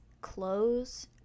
clothes